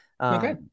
Okay